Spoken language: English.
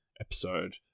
episode